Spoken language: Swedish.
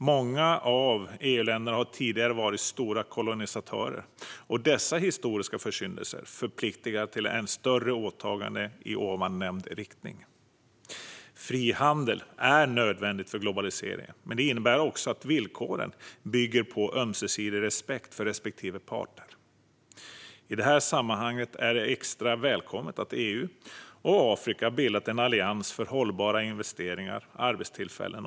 Många av EU-länderna har tidigare varit stora kolonisatörer, och dessa historiska försyndelser förpliktar till än större åtaganden i nämnd riktning. Frihandel är nödvändigt för globaliseringen, men det innebär också att villkoren bygger på ömsesidig respekt för respektive partner. I det här sammanhanget är det extra välkommet att EU och Afrika bildat en allians för hållbara investeringar och arbetstillfällen.